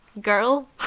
Girl